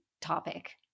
topic